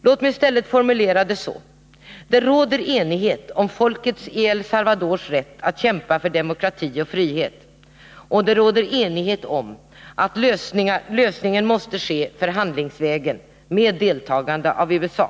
Låt mig i stället formulera det så här: Det råder enighet om folkets i El Salvador rätt att kämpa för demokrati och frihet, och det råder enighet om att lösningen måste ske förhandlingsvägen med deltagande av USA.